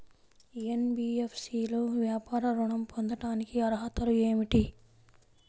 NBFC లో వ్యాపార ఋణం పొందటానికి అర్హతలు ఏమిటీ?